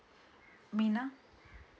mina